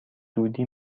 دودی